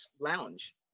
lounge